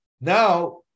now